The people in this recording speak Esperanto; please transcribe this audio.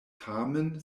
tamen